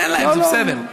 תן להם, זה בסדר.